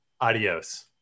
adios